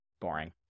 boring